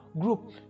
group